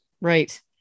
right